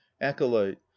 acolyte